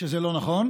שזה לא נכון.